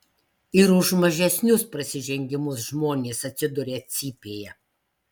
ir už mažesnius prasižengimus žmonės atsiduria cypėje